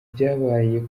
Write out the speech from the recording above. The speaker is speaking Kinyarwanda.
byabaye